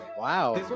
Wow